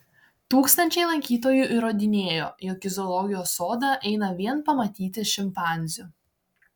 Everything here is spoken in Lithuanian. tūkstančiai lankytojų įrodinėjo jog į zoologijos sodą eina vien pamatyti šimpanzių